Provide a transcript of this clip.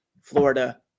Florida